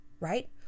right